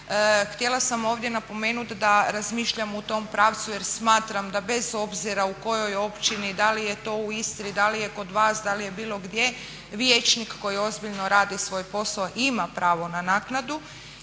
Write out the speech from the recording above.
Htjela sam ovdje napomenuti da razmišljam u tom pravcu jer smatram da bez obzira u kojoj je općini, da li je to u Istri, da li je kod vas, da li je bilo gdje vijećnik koji ozbiljno radi svoj posao ima pravo na naknadu